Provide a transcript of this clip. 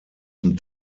zum